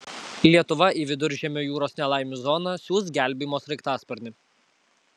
lietuva į viduržemio jūros nelaimių zoną siųs gelbėjimo sraigtasparnį